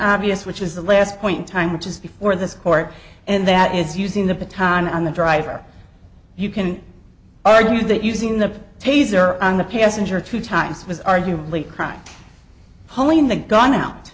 obvious which is the last point time which is before this court and that is using the petang on the driver you can argue that using the taser on the passenger two times was arguably crime hauling the gun out